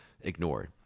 ignored